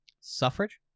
Suffrage